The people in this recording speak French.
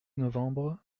novembre